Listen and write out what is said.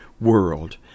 world